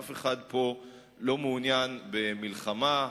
אף אחד פה לא מעוניין במלחמה,